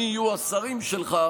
מי יהיו השרים שלך,